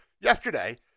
yesterday